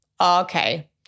okay